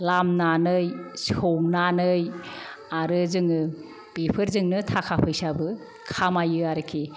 लामनानै सौनानै आरो जोङो बेफोरजोंनो थाखा फैसाबो खामायो आरिखि